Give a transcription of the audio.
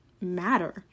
matter